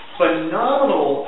phenomenal